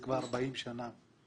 זה כבר 40 שנה.